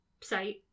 site